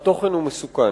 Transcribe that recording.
התוכן הוא מסוכן.